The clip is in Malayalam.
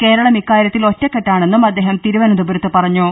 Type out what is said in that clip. കേരളം ഇക്കാര്യത്തിൽ ഒറ്റക്കെട്ടാണെന്നും അദ്ദേഹ്ട് തിരുവനന്തപുരത്ത് പറഞ്ഞു